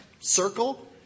circle